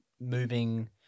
moving